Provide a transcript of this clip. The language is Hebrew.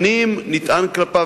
שנים נטען כלפיו,